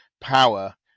power